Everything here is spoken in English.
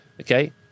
Okay